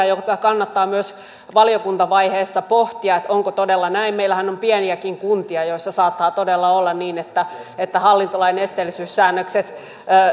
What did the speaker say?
jota kannattaa myös valiokuntavaiheessa pohtia onko todella näin meillähän on pieniäkin kuntia joissa saattaa todella olla niin että että hallintolain esteellisyyssäännökset